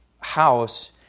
house